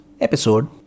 episode